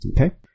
Okay